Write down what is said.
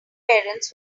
parents